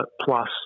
plus